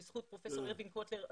בזכות פרופ' ארווין קוטלר,